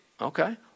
Okay